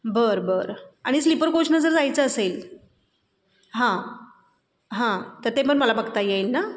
बरं बरं आणि स्लिपर कोचनं जर जायचं असेल हां हां तं ते पण मला बघता येईल ना